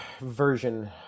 version